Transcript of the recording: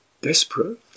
desperate